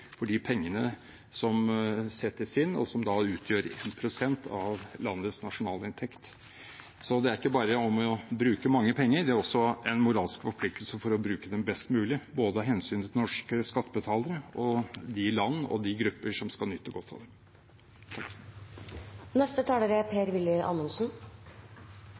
for de pengene som settes inn, og som utgjør 1 pst. av landets nasjonalinntekt. Det er ikke bare å bruke mange penger. Det er også en moralsk forpliktelse å bruke dem best mulig, av hensyn til både norske skattebetalere og de land og de grupper som skal nyte godt av